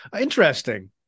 interesting